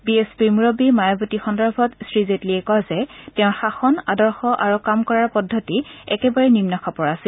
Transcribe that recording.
B এছ পিৰ মূৰববী মায়াবতী সন্দৰ্ভত শ্ৰী জেটলীয়ে কয় যে তেওঁৰ শাসন আদৰ্শ আৰু কাম কৰাৰ পদ্ধতি একেবাৰে নিন্ন খাপৰ আছিল